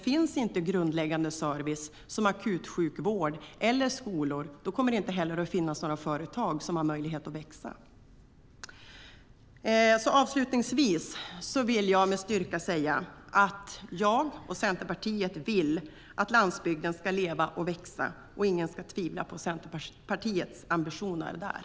Finns inte grundläggande service som akutsjukvård och skolor kommer det inte heller att finnas några företag med möjlighet att växa. Avslutningsvis vill jag kraftfullt betona att jag och Centerpartiet vill att landsbygden ska leva och växa. Ingen ska tvivla på Centerpartiets ambitioner i det avseendet.